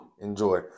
Enjoy